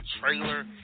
trailer